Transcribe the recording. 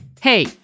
Hey